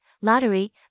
Lottery